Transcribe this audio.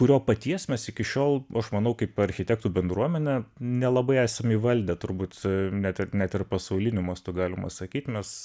kurio paties mes iki šiol aš manau kaip architektų bendruomenė nelabai esam įvaldę turbūt net ir net ir pasauliniu mastu galima sakyt mes